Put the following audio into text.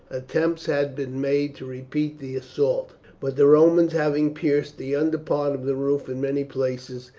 attempts had been made to repeat the assault but the romans having pierced the under part of the roof in many places,